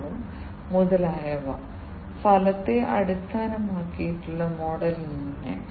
അവസാനമായി ഔട്ട്പുട്ട് എഴുതുന്നു അടിസ്ഥാനപരമായി ഡാറ്റ ഔട്ട്പുട്ട് മൊഡ്യൂളിലേക്ക്